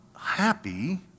happy